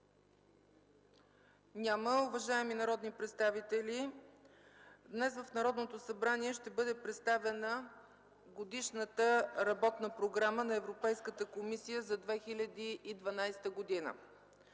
Няма. Уважаеми господа народни представители, днес в Народното събрание ще бъде представена Годишната работна програма на Европейската комисия за 2012 г.